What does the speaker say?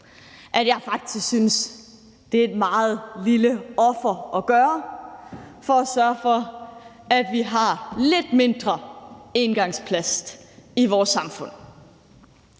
jeg faktisk, det er et meget lille offer at bringe for at sørge for, at vi har lidt mindre engangsplast i vores samfund.